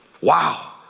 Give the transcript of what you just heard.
wow